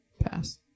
Pass